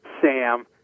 Sam